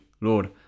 lord